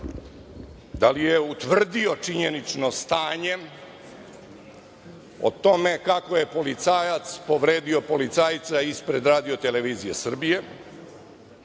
da li je utvrdio činjenično stanje o tome kako je policajac povredio policajca ispred RTS-a? Da li je dobio